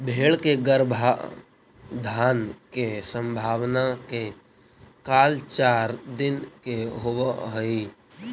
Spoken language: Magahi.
भेंड़ के गर्भाधान के संभावना के काल चार दिन के होवऽ हइ